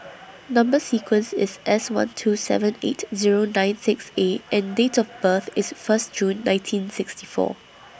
Number sequence IS S one two seven eight Zero nine six A and Date of birth IS First June nineteen sixty four